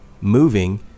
moving